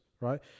right